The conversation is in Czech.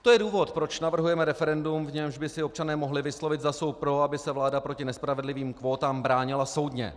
To je důvod, proč navrhujeme referendum, v němž by si občané mohli vyslovit, zda jsou pro, aby se vláda proti nespravedlivým kvótám bránila soudně.